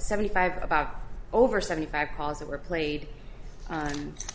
seventy five about over seventy five calls that were played